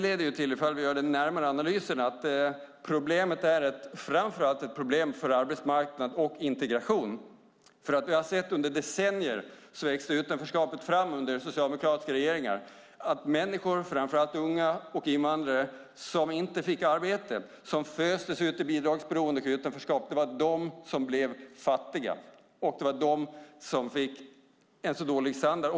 Om vi gör en närmare analys är det framför allt ett problem för arbetsmarknad och integration. Under decennier växte utanförskapet fram under socialdemokratiska regeringar. Det var de människor, framför allt unga och invandrare, som inte fick arbete utan föstes ut i bidragsberoende och utanförskap som blev fattiga. Det var de som fick en så dålig standard.